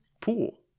pool